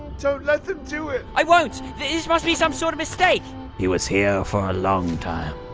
don't let them do it i won't this must be some sort of mistake he was here for a long time,